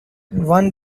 one